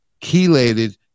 chelated